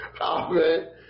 Amen